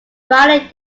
riley